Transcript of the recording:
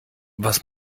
was